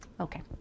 Okay